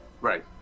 right